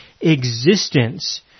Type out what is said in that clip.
existence